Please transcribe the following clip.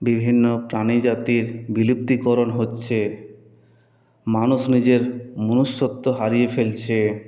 বিভিন্ন প্রাণীজাতির বিলুপ্তিকরণ হচ্ছে মানুষ নিজের মনুষ্যত্ব হারিয়ে ফেলছে